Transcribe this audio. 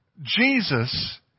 Jesus